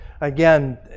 again